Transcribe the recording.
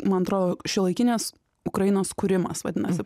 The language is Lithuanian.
man atrodo šiuolaikinės ukrainos kūrimas vadinasi